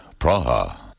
Praha